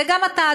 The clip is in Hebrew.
וגם אתה,